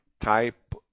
type